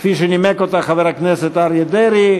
כפי שנימק אותה חבר הכנסת אריה דרעי.